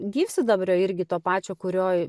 gyvsidabrio irgi to pačio kurioj